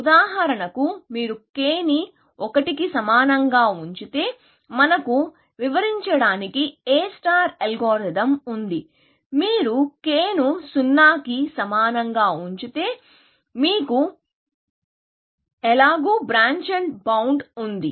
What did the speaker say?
ఉదాహరణకు మీరు k ని 1 కి సమానంగా ఉంచితే మనకు వివరించడానికి A అల్గోరిథం ఉంది మీరు k ను 0 కి సమానంగా ఉంచితే మీకు ఎలాగూ బ్రాంచ్ అండ్ బౌండ్ ఉంది